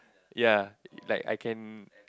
ya like I can